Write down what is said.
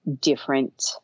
different